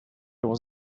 was